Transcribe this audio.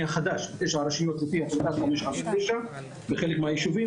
החדש בתשע רשויות לפי החלטת 559 בחלק מהיישובים.